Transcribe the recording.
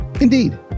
indeed